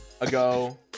ago